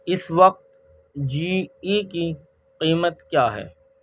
اس وقت G E کی قیمت کیا ہے